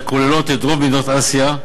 הכוללות את רוב מדינות אסיה,